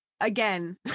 again